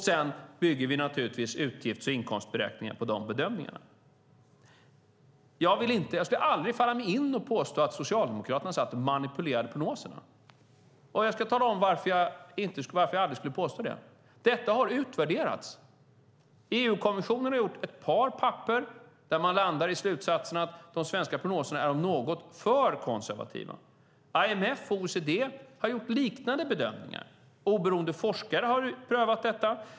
Sedan bygger vi naturligtvis utgifts och inkomstberäkningar på de bedömningarna. Det skulle aldrig falla mig in att påstå att Socialdemokraterna satt och manipulerade prognoserna. Jag ska tala om varför jag aldrig skulle påstå det. Detta har utvärderats. EU-kommissionen har gjort ett par papper där man landar i slutsatsen att de svenska prognoserna är, om något, för konservativa. IMF och OECD har gjort liknande bedömningar. Oberoende forskare har prövat detta.